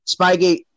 Spygate